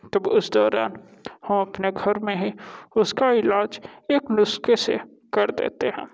तब उस दौरान हम अपने घर में ही उसका इलाज एक नुस्खे से कर देते हैं